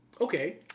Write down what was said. Okay